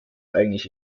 eigentlich